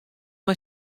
mei